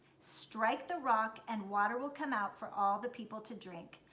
strike the rock and water will come out for all the people to drink.